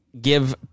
give